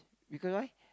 because why